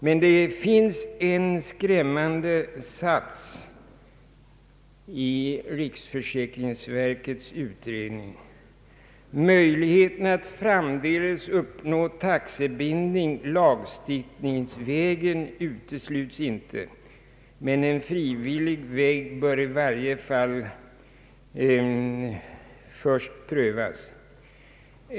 Men det finns en skrämmande sats i riksförsäkringsverkets utredning. Möjligheten att framdeles uppnå taxebindning lagstiftningsvägen utesluts inte, men en frivillig väg bör i varje fall först prövas.